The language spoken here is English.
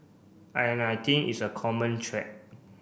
and I think it's a common thread